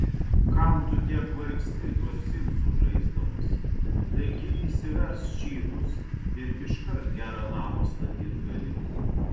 kam tu tiek vargsti tuos simsus žaisdamas taigi įsivesk čytus ir iškart gerą namą statyt gali